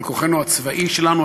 על כוחנו הצבאי שלנו,